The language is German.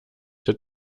der